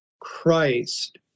Christ